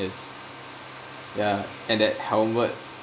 yes ya and that helmet